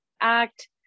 Act